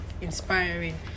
inspiring